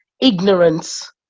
ignorance